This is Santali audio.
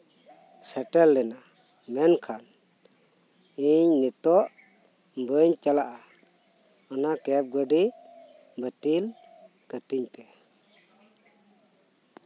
ᱥᱮᱴᱮᱨ ᱞᱮᱱᱟ ᱢᱮᱱᱠᱷᱟᱱ ᱤᱧ ᱱᱤᱛᱳᱜ ᱵᱟᱹᱧ ᱪᱟᱞᱟᱜᱼᱟ ᱚᱱᱟ ᱠᱮᱵᱽ ᱜᱟᱹᱰᱤ ᱵᱟᱹᱛᱤᱞ ᱠᱟᱹᱛᱤᱧ ᱯᱮ